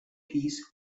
piece